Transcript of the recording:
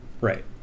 Right